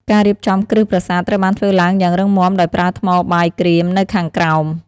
ការរៀបចំគ្រឹះប្រាសាទត្រូវបានធ្វើឡើងយ៉ាងរឹងមាំដោយប្រើថ្មបាយក្រៀមនៅខាងក្រោម។